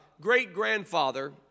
great-grandfather